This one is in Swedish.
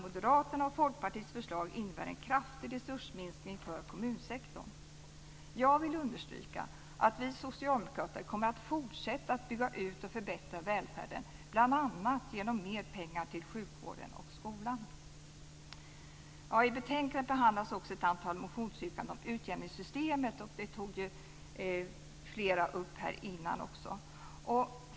Moderaternas och Folkpartiets förslag innebär alltså en kraftig resursminskning för kommunsektorn. Jag vill understryka att vi socialdemokrater kommer att fortsätta att bygga ut och förbättra välfärden, bl.a. genom mer pengar till sjukvården och skolan. I betänkandet behandlas också ett antal motionsyrkanden om utjämningssystemet. Det har flera talare tagit upp tidigare.